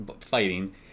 fighting